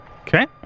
Okay